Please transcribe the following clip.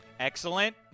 Excellent